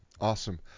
Awesome